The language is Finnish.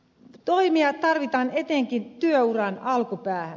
toimia tarvitaan etenkin työuran alkupäähän